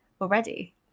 already